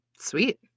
Sweet